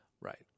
Right